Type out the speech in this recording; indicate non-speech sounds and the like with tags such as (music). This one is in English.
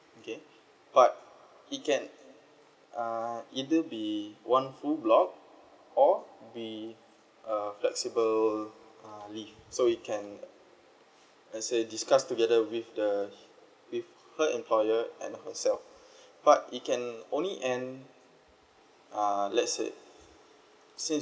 okay but it can uh either be one full block or be uh flexible uh leave so you can let's say discuss together with the with her employer and herself (breath) but it can only and uh let's say since